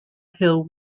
hill